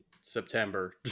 September